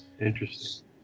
Interesting